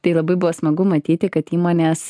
tai labai buvo smagu matyti kad įmonės